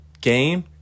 game